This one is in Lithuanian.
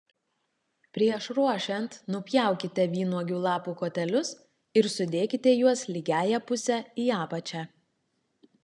prieš ruošiant nupjaukite vynuogių lapų kotelius ir sudėkite juos lygiąja puse į apačią